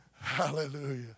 Hallelujah